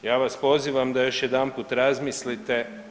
Ja vas pozivam da još jedanput razmislite.